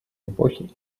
эпохи